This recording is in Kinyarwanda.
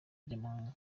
by’amahanga